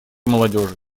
молодежи